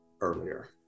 earlier